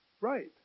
right